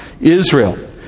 Israel